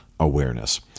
Awareness